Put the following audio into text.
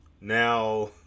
Now